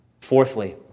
Fourthly